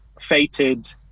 fated